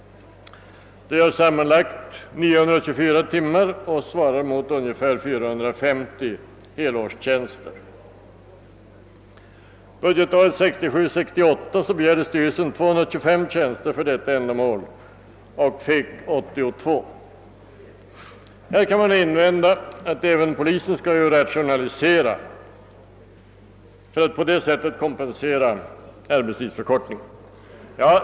Det gör sammanlagt 924 000 timmar, vilket motsvarar ungefär 450 helårstjänster. Budgetåret 1967/68 begärde styrelsen 225 tjänster för detta ändamål och fick 82. Man kan invända att även polisen skall rationalisera för att på detta sätt kompensera arbetstidsförkortningen.